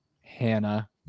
Hannah